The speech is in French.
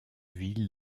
ville